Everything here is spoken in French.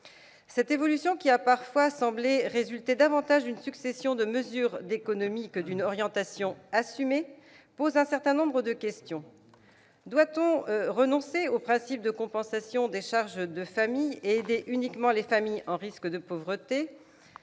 Cette évolution, qui a parfois semblé résulter davantage d'une succession de mesures d'économie que d'une orientation assumée, pose un certain nombre de questions. Doit-on renoncer au principe de compensation des charges de famille et aider uniquement les familles exposées au risque de pauvreté ?